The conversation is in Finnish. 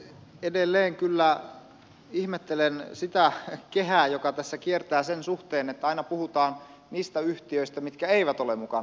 edelleen kyllä ihmettelen sitä kehää joka tässä kiertää sen suhteen että aina puhutaan niistä yhtiöistä mitkä eivät ole mukana